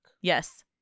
Yes